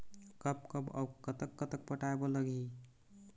कब कब अऊ कतक कतक पटाए बर लगही